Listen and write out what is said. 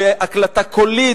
או בהקלטה קולית,